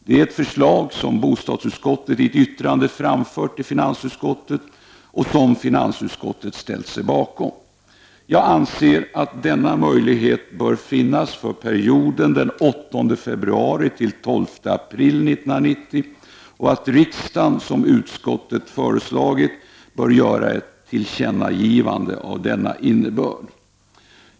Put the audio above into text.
Det är ett förslag som bostadsutskottet i ett yttrande har framfört till finansutskottet och som finansutskottet har ställt sig bakom. Jag anser att denna möjlighet bör finnas för perioden den 8 februari — den 12 april 1990 och att riksdagen, som utskottet har föreslagit, bör göra ett tillkännagivande av denna innebörd.